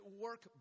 work